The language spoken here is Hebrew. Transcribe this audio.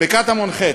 בקטמון ח',